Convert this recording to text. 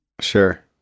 Sure